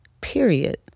Period